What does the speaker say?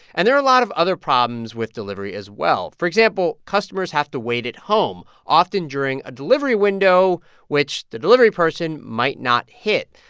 and there are a lot of other problems with delivery as well. for example, customers have to wait at home, home, often during a delivery window which the delivery person might not hit.